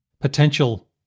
potential